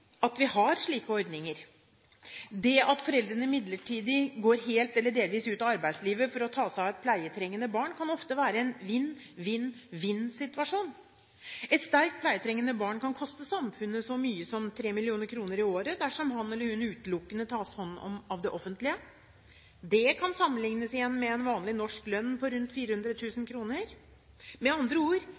at vi har slike ordninger. Det at foreldre midlertidig går helt eller delvis ut av arbeidslivet for å ta seg av et pleietrengende barn, kan ofte være en vinn-vinn-vinn-situasjon. Et sterkt pleietrengende barn kan koste samfunnet så mye som 3 mill. kr i året dersom han eller hun utelukkende tas hånd om av det offentlige. Det kan igjen sammenliknes med en vanlig norsk lønn på rundt 400 000 kr. Med andre ord